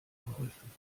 geholfen